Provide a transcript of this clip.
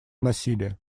насилия